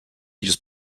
use